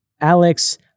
Alex